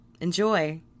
Enjoy